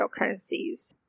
cryptocurrencies